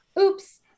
oops